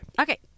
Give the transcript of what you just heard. Okay